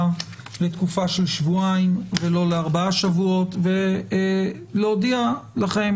לתקופה של שבועיים ולא לארבעה שבועות ולהודיע לכם